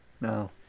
No